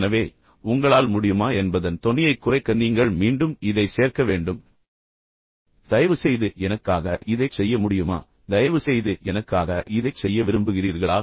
எனவே உங்களால் முடியுமா என்பதன் தொனியைக் குறைக்க நீங்கள் மீண்டும் இதை சேர்க்க வேண்டும் தயவுசெய்து எனக்காக இதைச் செய்ய முடியுமா தயவுசெய்து எனக்காக இதைச் செய்ய விரும்புகிறீர்களா